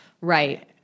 Right